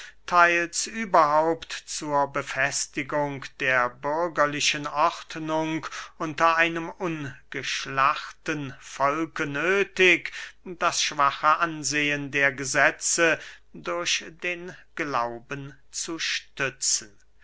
theils überhaupt zur befestigung der bürgerlichen ordnung unter einem ungeschlachten volke nöthig das schwache ansehen der gesetze durch den glauben zu stützen